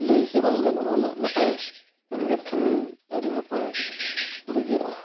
ᱞᱟᱹᱭ ᱜᱮ ᱵᱟᱝ ᱜᱟᱱᱚᱜᱼᱟ ᱩᱱᱟᱹᱜ ᱱᱟᱯᱟᱭ ᱢᱮᱱ ᱠᱮᱫ ᱠᱷᱟᱱ ᱟᱹᱰᱤ ᱱᱟᱯᱟᱭ ᱵᱩᱡᱷᱟᱹᱣᱜᱼᱟ